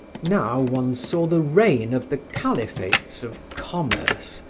now one saw the reign of the caliphates of commerce,